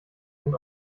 nun